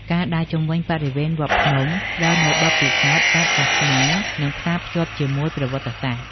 ការដើរជុំវិញបរិវេណវត្តភ្នំ ផ្តល់នូវបទពិសោធន៍បែបសាសនា និងផ្សាភ្ជាប់ជាមួយប្រវត្តិសាស្ត្រ។